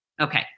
Okay